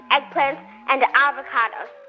eggplants and avocados.